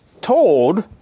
told